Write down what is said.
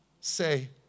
say